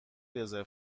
رزرو